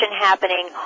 happening